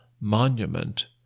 Monument